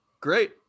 Great